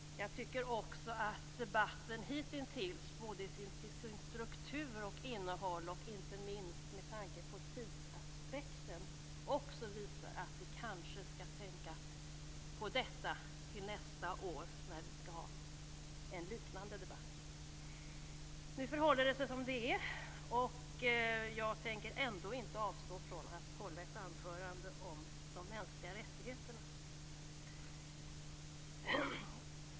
Jag tycker också att debatten hitintills, både till struktur och innehåll och inte minst med tanke på tidsaspekten, också visar att vi kanske skall tänka på detta till nästa år när vi skall ha en liknande debatt. Nu förhåller det sig som det gör, och jag tänker ändå inte avstå från att hålla ett anförande om de mänskliga rättigheterna.